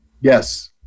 Yes